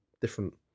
Different